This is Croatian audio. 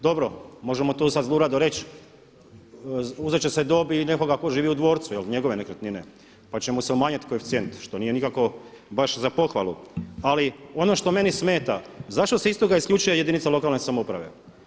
Dobro, možemo tu sada zlurado reći uzet će se dob i nekoga tko živi u dvorcu, njegove nekretnine, pa će mu se umanjiti koeficijent što nije nikako baš za pohvalu, ali ono što meni smeta, zašto se iz toga isključuje jedinice lokalne samouprave?